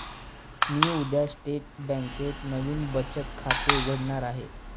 मी उद्या स्टेट बँकेत नवीन बचत खाते उघडणार आहे